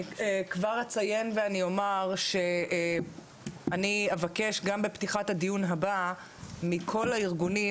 כבר אציין ואומר שאני אבקש גם בפתיחת הדיון הבא מכל הארגונים,